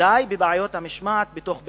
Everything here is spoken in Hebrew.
די בבעיות המשמעת בתוך בית-הספר.